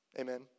Amen